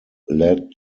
lead